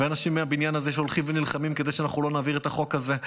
ואנשים מהבניין הזה שהולכים ונלחמים כדי שאנחנו לא נעביר את החוק הזה.